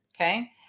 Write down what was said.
okay